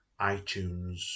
iTunes